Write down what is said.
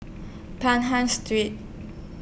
Pahang Street